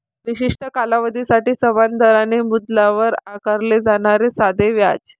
विशिष्ट कालावधीसाठी समान दराने मुद्दलावर आकारले जाणारे साधे व्याज